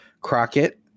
Crockett